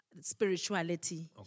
Spirituality